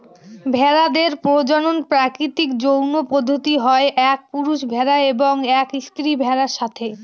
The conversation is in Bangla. ভেড়াদের প্রজনন প্রাকৃতিক যৌন পদ্ধতিতে হয় এক পুরুষ ভেড়া এবং এক স্ত্রী ভেড়ার সাথে